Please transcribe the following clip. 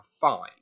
five